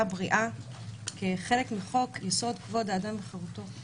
בריאה כחלק מחוק יסוד כבוד האדם וחירותו.